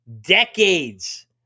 Decades